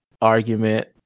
argument